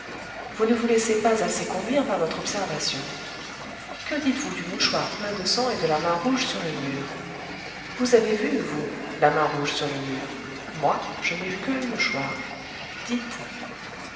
vous ne vous laissez pas assez conduire par votre observation que ditesvous du mouchoir plein de sang et de la main rouge sur le mur vous avez vu vous la main rouge sur le mur moi je n'ai vu que le mouchoir dites